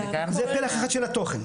זה דרך אחת של התוכן.